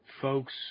folks